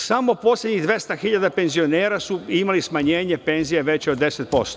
Samo poslednjih 200.000 penzionera su imali smanjenje penzija veće od 10%